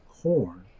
corn